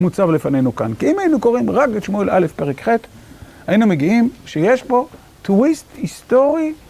מוצב לפנינו כאן, כי אם היינו קוראים רק את שמואל א' פרק ח, היינו מגיעים שיש פה טוויסט היסטורי.